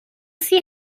see